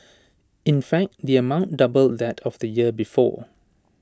in fact the amount doubled that of the year before